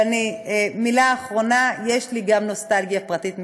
אבל מילה אחרונה: יש לי גם נוסטלגיה פרטית משלי.